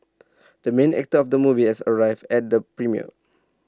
the main actor of the movie has arrived at the premiere